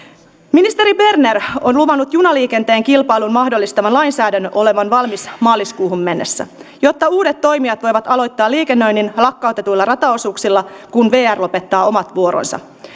ministeri berner on luvannut junaliikenteen kilpailun mahdollistavan lainsäädännön olevan valmis maaliskuuhun mennessä jotta uudet toimijat voivat aloittaa liikennöinnin lakkautetuilla rataosuuksilla kun vr lopettaa omat vuoronsa